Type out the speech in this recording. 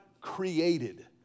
created